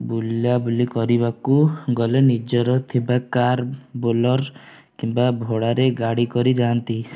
ବୁଲାବୁଲି କରିବାକୁ ଗଲେ ନିଜର ଥିବା କାର୍ ବୋଲେରୋ କିମ୍ବା ଭଡ଼ାରେ ଗାଡ଼ି କରି ଯାଆନ୍ତି